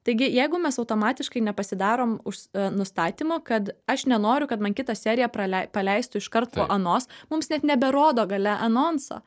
taigi jeigu mes automatiškai nepasidarom už nustatymo kad aš nenoriu kad man kitą seriją pra paleistų iškart anos mums net neberodo gale anonso